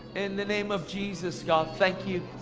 in the name of jesus, god, thank you,